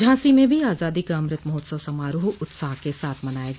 झांसी में भी आज़ादी का अमृत महोत्सव समाराह उत्साह के साथ मनाया गया